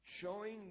showing